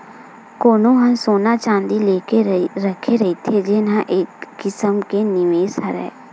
कोनो ह सोना चाँदी लेके रखे रहिथे जेन ह एक किसम के निवेस हरय